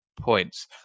points